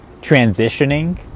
transitioning